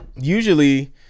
usually